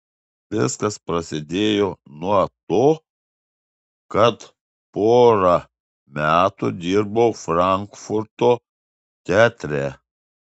viskas prasidėjo nuo to kad porą metų dirbau frankfurto teatre